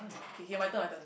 K K my turn my turn